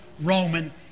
Roman